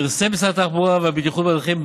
פרסם משרד התחבורה והבטיחות בדרכים,